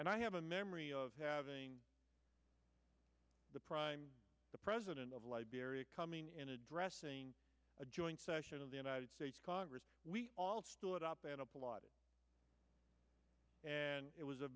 and i have a memory of having the prime the president of liberia coming in addressing a joint session of the united states congress we all stood up and applauded and it was a